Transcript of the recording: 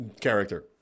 character